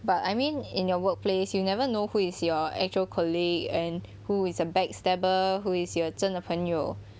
but I mean in your workplace you never know who is your actual colleague and who is a backstabber who is your 真的朋友